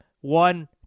one